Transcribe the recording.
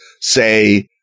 say